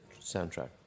soundtrack